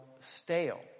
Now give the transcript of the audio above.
stale